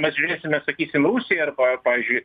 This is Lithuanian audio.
mes žiūrėsime sakysim rusija arba pavyzdžiui